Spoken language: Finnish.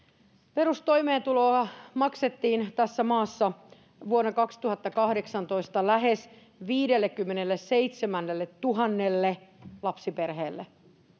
perustoimeentuloa maksettiin tässä maassa vuonna kaksituhattakahdeksantoista lähes viidellekymmenelleseitsemälletuhannelle lapsiperheelle